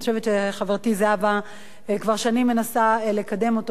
אני חושבת שחברתי זהבה כבר שנים מנסה לקדם אותו.